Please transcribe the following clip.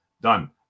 Done